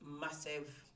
massive